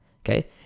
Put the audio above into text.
Okay